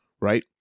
right